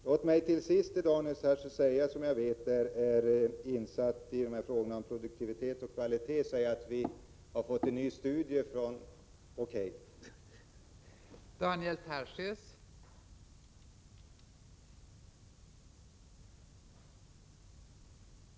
Låt mig till sist för Daniel Tarschys, som jag vet är insatt i frågor om produktivitet och kvalitet, peka på att det har gjorts en ny studie av intresse i detta sammanhang.